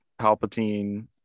Palpatine